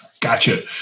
Gotcha